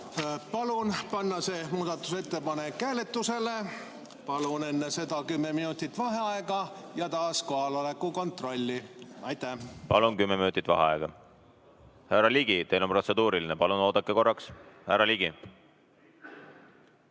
Palun panna see muudatusettepanek hääletusele, palun enne seda kümme minutit vaheaega ja taas kohaloleku kontrolli. Palun! Kümme minutit vaheaega. Härra Ligi, teil on protseduuriline küsimus. Palun oodake korraks, härra Ligi.